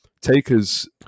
Taker's